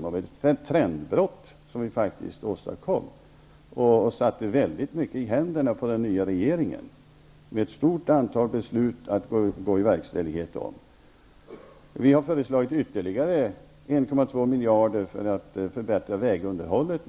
Vi åstadkom faktiskt ett trendbrott och satte väldigt mycket i händerna på den nya regeringen med ett stort antal beslut att gå i verkställighet med. Vi har föreslagit ytterligare 1,2 miljarder för att förbättra vägunderhållet.